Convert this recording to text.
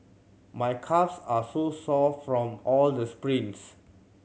my calves are so sore from all the sprints